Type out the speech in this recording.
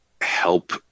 help